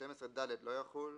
12ד לא יחול,